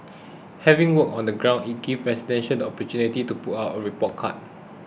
having worked on the ground it gives residents the opportunity to put out a report card